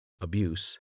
abuse